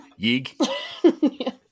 Yig